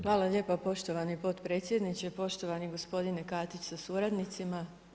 Hvala lijepa poštovani potpredsjedniče, poštovani gospodine Katić sa suradnicima.